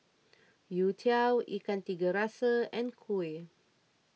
You Tiao Ikan Tiga Rasa and Kuih